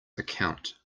account